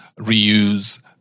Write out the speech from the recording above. reuse